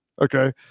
okay